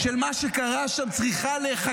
האמת היסודית הזו של מה שקרה שם צריכה להיחקר.